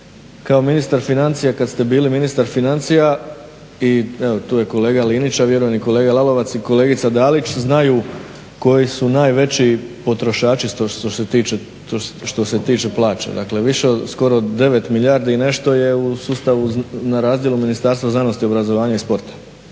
kao ministar financija kada ste bili ministar financija i evo tu je kolega Linić a vjerujem i kolega Lalovac i kolegica Dalić znaju koji su najveći potrošači što se tiče plaća. Dakle više od skoro 9 milijardi i nešto je na razdjelu Ministarstva znanosti, obrazovanja i sporta